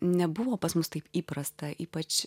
nebuvo pas mus taip įprasta ypač